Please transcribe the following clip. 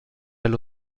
allo